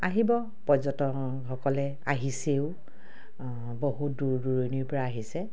আহিব পৰ্যটকসকলে আহিছেও বহুত দূৰ দূৰণিৰপৰা আহিছে